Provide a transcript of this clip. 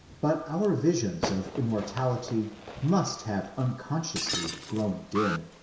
but our visions of immortality must have unconsciously grown dim.